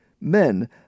Men